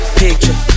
picture